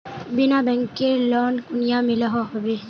बिना बैंकेर लोन कुनियाँ मिलोहो होबे?